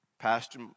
Pastor